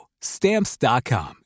Stamps.com